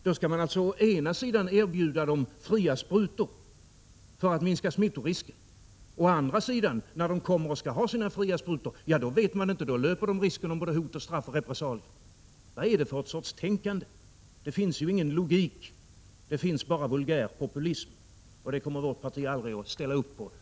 Man skall alltså erbjuda fria sprutor för att minska smittorisken, men när narkomanerna kommer och skall ha sina fria sprutor skall de mötas av hot om straff och repressalier. Vad är detta för slags tänkande? Det finns ju ingen logik, bara vulgär populism. Vårt parti kommer aldrig att ställa upp på vare sig den människosyn som Prot.